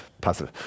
puzzle